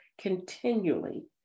continually